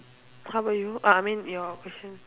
how about you I mean your question